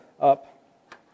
up